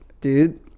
dude